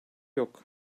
yok